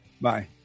Bye